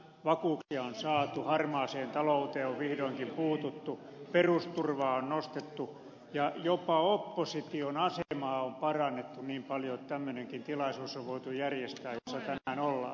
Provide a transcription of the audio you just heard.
vakuuksia on saatu harmaaseen talouteen on vihdoinkin puututtu perusturvaa on nostettu ja jopa opposition asemaa on parannettu niin paljon että tämmöinenkin tilaisuus on voitu järjestää jossa tänään ollaan